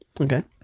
Okay